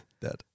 Dead